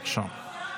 בבקשה.